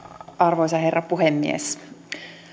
arvoisa herra puhemies